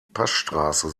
passstraße